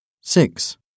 Six